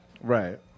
Right